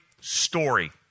story